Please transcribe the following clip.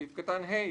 בסעיף קטן (ה),